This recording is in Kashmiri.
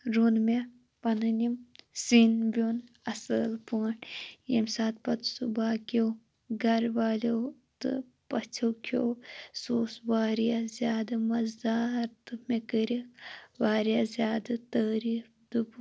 روٚن مےٚ پَنٕنۍ یِم سیٚنۍ ویُن اَصۭل پٲٹھۍ ییٚمہِ ساتہِ پَتہِ سُہ باقِیو گَرٕ والِیو تہٕ پَژھیو کھیو سہٕ اوس وارِیاہ زیادٕ مَزٕدار تہٕ مےٚ کٔرِکھ وارِیاہ زیادٕ تعٲریف تہٕ بہٕ